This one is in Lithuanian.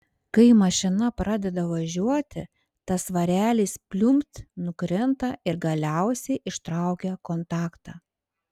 kai mašina pradeda važiuoti tas svarelis pliumpt nukrinta ir galiausiai ištraukia kontaktą